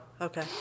Okay